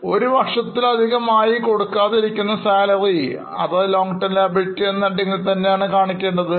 ഒരു കൊല്ലത്തിലധികം ആയി കൊടുക്കാതെഇരിക്കുന്ന salary other long term liabilities എന്ന ശീർഷകത്തിൽ വരും